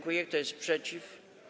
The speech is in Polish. Kto jest przeciw?